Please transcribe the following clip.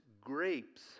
Grapes